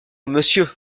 monsieur